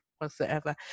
whatsoever